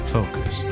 Focus